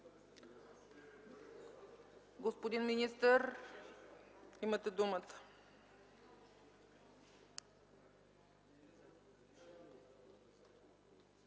Господин министър, имате думата.